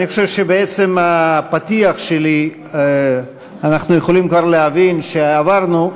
אני חושב שבעצם הפתיח שלי אנחנו יכולים כבר להבין שעברנו,